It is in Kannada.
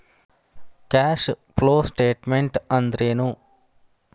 ಕ್ಯಾಷ್ ಫ್ಲೋಸ್ಟೆಟ್ಮೆನ್ಟ್ ಅಂದ್ರೇನು?